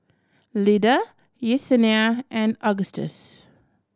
Lyda Yesenia and Augustus